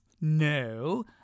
No